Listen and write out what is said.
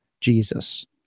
Jesus